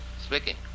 speaking